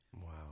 Wow